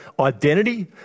identity